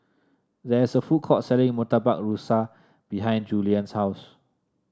there's a food court selling Murtabak Rusa behind Juliann's house